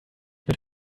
wird